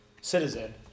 citizen